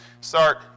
start